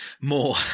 more